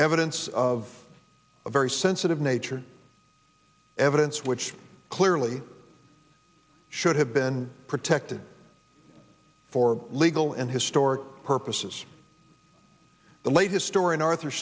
evidence of a very sensitive nature evidence which clearly should have been protected for legal and historic purposes the latest story in arth